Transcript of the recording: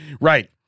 right